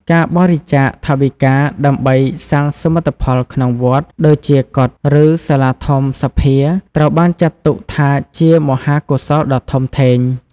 ការបរិច្ចាគថវិកាដើម្បីកសាងសមិទ្ធផលក្នុងវត្ត ដូចជា កុដិ ឬសាលាធម្មសភា ត្រូវបានចាត់ទុកថាជាមហាកុសលដ៏ធំធេង។